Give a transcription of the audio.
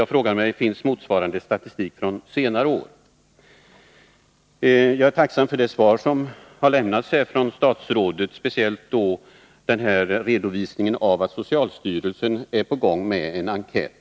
Jag frågar mig: Finns motsvarande statistik från senare år? Jag är tacksam för det svar som har lämnats av statsrådet, speciellt redovisningen av att socialstyrelsen är på gång med en enkät.